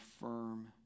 firm